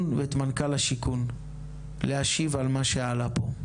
ואת מנכל השיכון להשיב על מה שעלה פה.